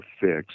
fixed